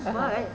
(uh huh)